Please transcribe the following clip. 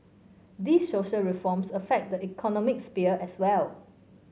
these social reforms affect the economic sphere as well